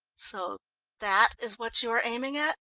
so that is what you are aiming at?